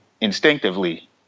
instinctively